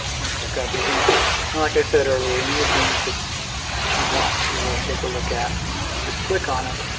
and then we've got these and and like i said earlier any of these that that want to take a look at just click on them